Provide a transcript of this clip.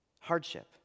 hardship